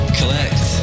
Collect